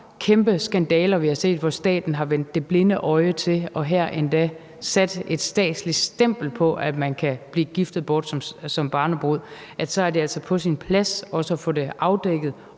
kæmpe skandaler, vi har set, hvor staten har vendt det blinde øje til – her har man endda sat et statsligt stempel på, at man kan blive giftet bort som barnebrud – at det er på sin plads at få det afdækket